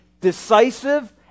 decisive